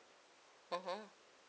(uh huh)